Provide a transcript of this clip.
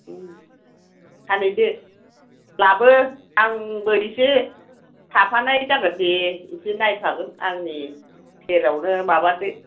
फानहैदो लाबो आंबो इसे थाफानाय जागोन दे एसे नायफागोन आंनि सेरावनो माबादो